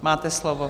Máte slovo.